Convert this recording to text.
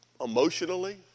emotionally